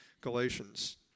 Galatians